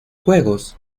juegos